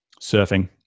Surfing